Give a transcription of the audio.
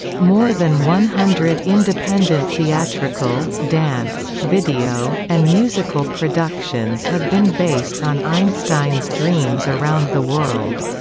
more than one hundred independent theatrical, dance, video, and musical productions have been based on einstein's dreams around the world.